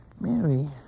Mary